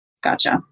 Gotcha